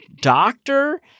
doctor